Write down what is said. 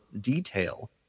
detail